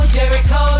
Jericho